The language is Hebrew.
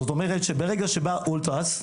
זאת אומרת שברגע שבא האולטראס,